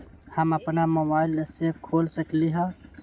हम अपना मोबाइल से खोल सकली ह?